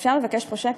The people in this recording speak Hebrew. אפשר לבקש פה שקט?